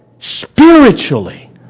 spiritually